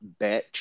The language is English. bitch